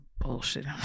Bullshit